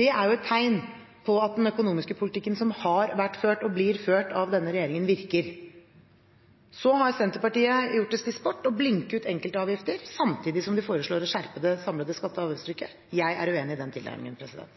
Det er et tegn på at den økonomiske politikken som har vært ført – og blir ført – av denne regjeringen, virker. Senterpartiet har gjort det til en sport å blinke ut enkeltavgifter, samtidig som de foreslår å skjerpe det samlede skatte- og avgiftstrykket. Jeg